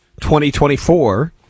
2024